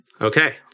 Okay